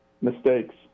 mistakes